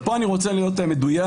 ופה אני רוצה להיות מדויק,